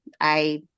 I